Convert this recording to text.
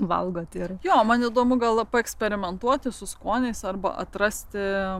valgo ir jo man įdomu gal paeksperimentuoti su skoniais arba atrasti